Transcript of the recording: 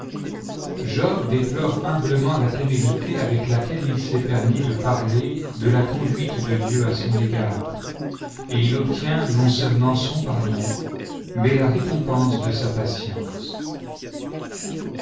job déplore humblement la témérité avt-c laquelle il s'est permis de parler de la conduite de dieu à son égard et il obtient non seulement son pardon mais la récompense de sa patience